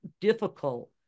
difficult